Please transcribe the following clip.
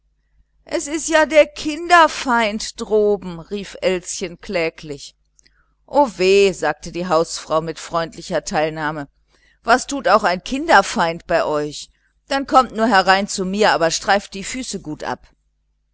es ist ja der kinderfeind droben rief elschen kläglich o weh sagte die hausfrau mit freundlicher teilnahme was tut auch ein kinderfeind bei euch dann kommt nur zu mir aber streift die füße gut ab